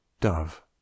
Dove